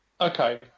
Okay